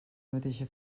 mateixa